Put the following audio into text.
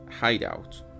hideout